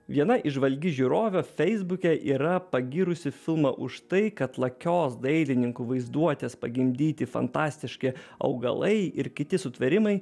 viena įžvalgi žiūrovė feisbuke yra pagyrusi filmą už tai kad lakios dailininkų vaizduotės pagimdyti fantastiški augalai ir kiti sutvėrimai